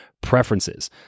preferences